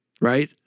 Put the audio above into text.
right